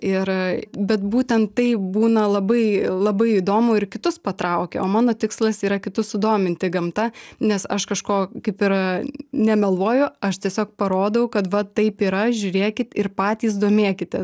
ir bet būtent taip būna labai labai įdomu ir kitus patraukia o mano tikslas yra kitus sudominti gamta nes aš kažko kaip ir nemeluoju aš tiesiog parodau kad va taip yra žiūrėkit ir patys domėkitės